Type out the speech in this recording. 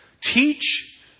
teach